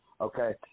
Okay